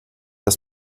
das